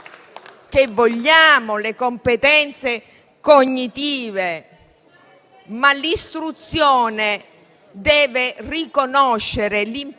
che vogliamo le competenze cognitive. Ma l'istruzione deve riconoscere l'importanza